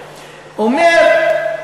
אומר: